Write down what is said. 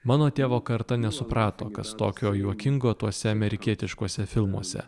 mano tėvo karta nesuprato kas tokio juokingo tuose amerikietiškuose filmuose